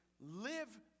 live